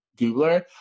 Googler